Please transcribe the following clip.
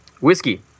Whiskey